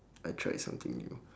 I tried something new